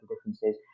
differences